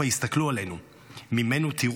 הסתכלו עלינו: ממנו תראו,